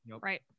Right